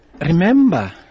Remember